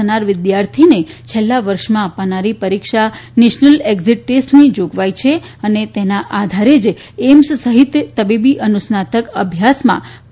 થનાર વિદ્યાર્થીને છેલ્લા વર્ષમાં અ ાનારી રીક્ષા નેશનલ એક્ઝીટ ટેસ્ટની જાગવાઇ છે અને તેના આધારે જ એઇમ્સ સહિત તબીબી અનુસ્નાતક અભ્યાસમાં પ્રવેશ અ ાશે